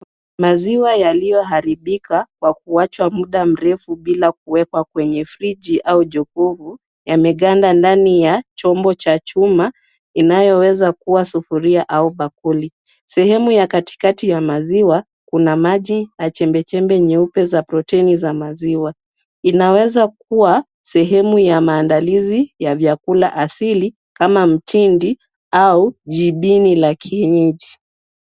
Maziwa yaliyoharibika kwa kuachwa muda mrefu bila kuwekwa kwenye friji au jokovu yameganda ndani ya chombo cha chuma, inayoweza kuwa sufuria au bakuli. Sehemu ya katikati ya maziwa kuna maji na chembechembe nyeupe za protini za maziwa. Inaweza kuwa sehemu ya maandalizi ya vyakula asili kama mtindi au jibini la kienyeji.